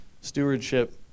stewardship